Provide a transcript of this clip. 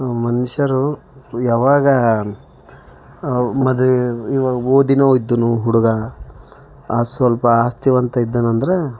ಮನುಷ್ಯರು ಯಾವಾಗ ಮದುವೆ ಈವಾಗ ಓದಿನವು ಇದ್ದನು ಹುಡುಗ ಆ ಸ್ವಲ್ಪ ಆಸ್ತಿವಂತ ಇದ್ದನಂದ್ರೆ